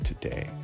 today